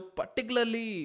particularly